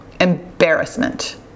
embarrassment